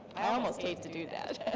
i almost hate to do that.